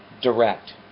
direct